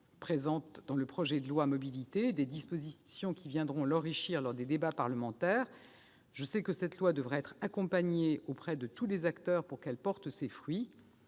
présentes dans le projet de loi Mobilités et des dispositions qui viendront l'enrichir lors des débats parlementaires, je sais que cette loi devra être accompagnée auprès de tous les acteurs pour qu'elle porte ses fruits.